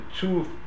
two